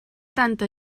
tanta